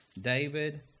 David